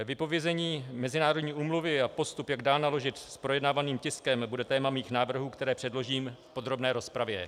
Vypovězení mezinárodní úmluvy a postup, jak dál naložit s projednávaným tiskem, bude téma mých návrhů, které předložím v podrobné rozpravě.